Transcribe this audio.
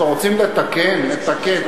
אתם רוצים לתקן, נתקן.